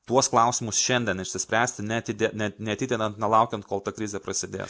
tuos klausimus šiandien išsispręsti neatidė ne neatidedant nelaukiant kol ta krizė prasidės